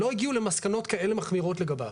לא הגיעו למסקנות כאלה מחמירות לגביו.